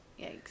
Yikes